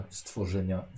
stworzenia